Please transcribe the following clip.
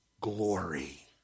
glory